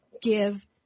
give